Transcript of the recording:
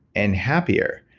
and happier.